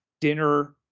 dinner